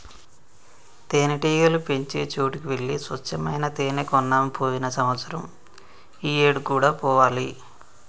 తేనెటీగలు పెంచే చోటికి వెళ్లి స్వచ్చమైన తేనే కొన్నాము పోయిన సంవత్సరం ఈ ఏడు కూడా పోవాలి